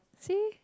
see